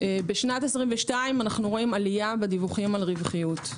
ב-22' אנו רואים עלייה בדיווחים על רווחיות.